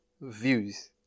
views